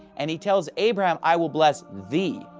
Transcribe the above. and he tells abraham, i will bless thee.